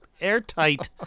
airtight